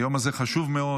היום הזה חשוב מאוד.